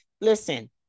Listen